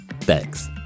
Thanks